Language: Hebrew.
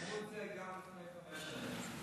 אמרו את זה גם לפני חמש שנים.